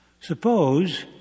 Suppose